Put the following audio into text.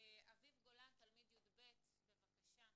אביב גולן, תלמיד י"ב, בבקשה.